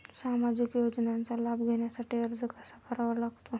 सामाजिक योजनांचा लाभ घेण्यासाठी अर्ज कसा करावा लागतो?